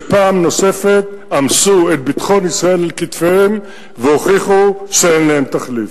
שפעם נוספת עמסו את ביטחון ישראל על כתפיהם והוכיחו שאין להם תחליף.